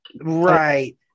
Right